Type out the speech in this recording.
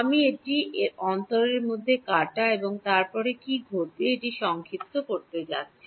আমি এটি এর অন্তর মধ্যে কাটা এবং তারপর কি ঘটবে একটি সংক্ষিপ্ত করতে যাচ্ছি